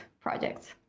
projects